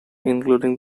including